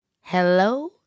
hello